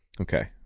Okay